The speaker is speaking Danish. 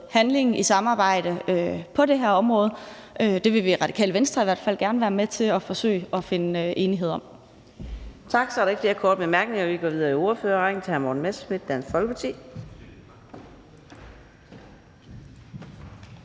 handle på det her område. Det vil vi i Radikale Venstre i hvert fald gerne være med til at forsøge at finde en enighed om.